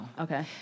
Okay